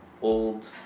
old